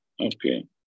Okay